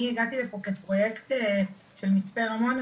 אני הגעתי לפה כפרוייקט של מצפה רמון,